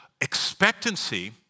expectancy